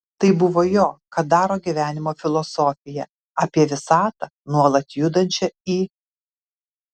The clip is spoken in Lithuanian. tai buvo jo kadaro gyvenimo filosofija apie visatą nuolat judančią į